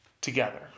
together